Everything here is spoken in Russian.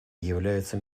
являются